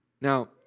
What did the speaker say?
Now